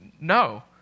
No